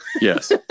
Yes